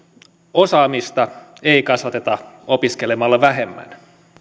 osaamista ei kasvateta opiskelemalla vähemmän